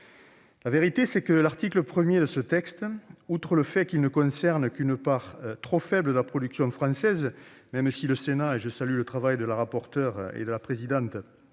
La vérité, c'est que l'article 1 de ce texte, outre qu'il ne concerne qu'une part trop faible de la production française, même si le Sénat - je salue à cet égard le travail de Mme la rapporteure et de Mme la présidente